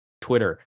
Twitter